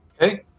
Okay